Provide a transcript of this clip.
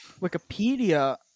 Wikipedia